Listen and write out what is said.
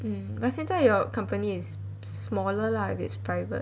mm but 现在 your company is smaller lah if it's private